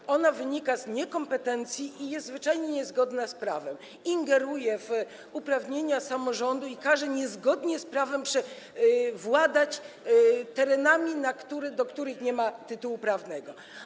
Ta poprawka wynika z niekompetencji i jest zwyczajnie niezgodna z prawem, ingeruje w uprawnienia samorządu i każe niezgodnie z prawem władać terenami, do których nie ma się tytułu prawnego.